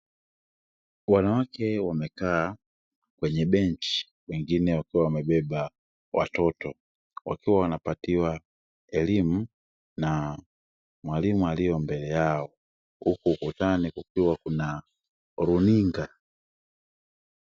Wanawake wamekaa kweny benchi, wengine wakiwa wamebeba watoto, wakiwa wanapatiwa elimu na mwalimu, aliye mbele yao. Huku ukutani kukiwa na runinga.